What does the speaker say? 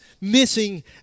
missing